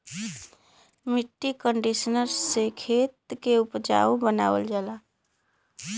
मट्टी कंडीशनर से खेत के उपजाऊ बनावल जाला